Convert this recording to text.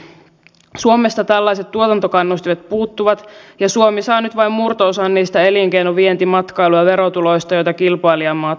sinne sijoitetaan rahaa eikä siihen että jaetaan sitä kakkua ja sanotaan että tulepas nyt tänne kaveri vaikka eero lehti ja pistähän rahat tuohon niin jaetaan ne pois